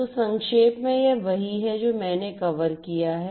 तो संक्षेप में यह वही है जो मैंने कवर किया है